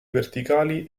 verticali